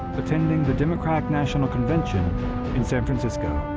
attending the democratic national convention in san francisco.